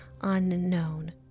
unknown